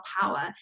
power